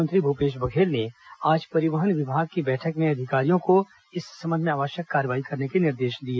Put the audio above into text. मुख्यमंत्री भूपेश बघेल ने आज परिवहन विभाग की बैठक में अधिकारियों को इस संबंध में आवश्यक कार्रवाई करने के निर्देश दिए